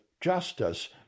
justice